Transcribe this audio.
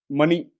money